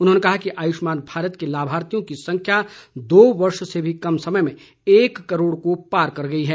उन्होंने कहा कि आयुष्मान भारत के लाभार्थियों की संख्या दो वर्ष से भी कम समय में एक करोड़ को पार कर गई है